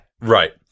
Right